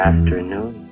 afternoon